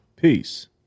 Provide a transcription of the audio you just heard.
Peace